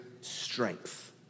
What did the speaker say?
strength